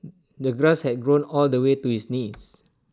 the grass had grown all the way to his knees